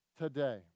today